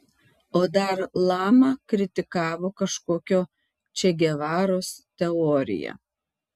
o dar lama kritikavo kažkokio če gevaros teoriją